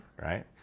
right